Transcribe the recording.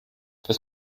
was